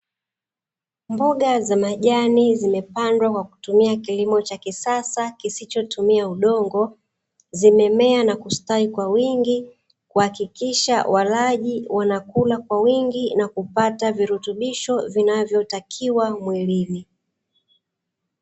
Mboga za majani zimepandwa kwa kutumia kilimo cha kisasa kisichotumia udongo, zimemea na kustawi kwa wingi kuhakikisha walaji wanakula kwa wingi na kupata virutubishoa vinavotakiwa mwilini.